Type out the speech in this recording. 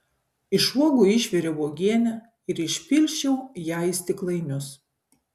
iš uogų išviriau uogienę ir išpilsčiau ją į stiklainius